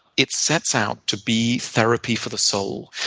it says out to be therapy for the soul.